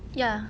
ya